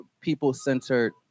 People-centered